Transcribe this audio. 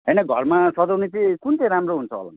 हैन घरमा सजाउने चाहिँ कुन चाहिँ राम्रो हुन्छ होला